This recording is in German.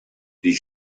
die